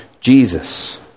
Jesus